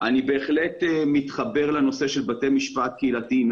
אני בהחלט מתחבר לנושא של בתי משפט קהילתיים.